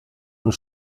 und